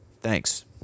Thanks